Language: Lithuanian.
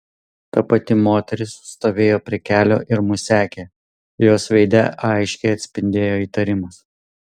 ta pati moteris stovėjo prie kelio ir mus sekė jos veide aiškiai atsispindėjo įtarimas